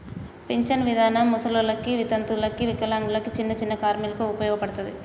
pension విధానం ముసలోళ్ళకి వితంతువులకు వికలాంగులకు చిన్ని చిన్ని కార్మికులకు ఉపయోగపడతది